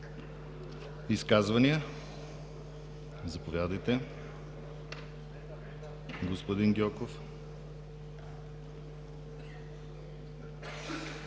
Изказвания? Заповядайте, господин Стойнев.